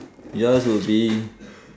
yours will be